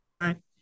right